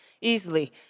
easily